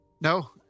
No